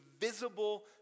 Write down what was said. visible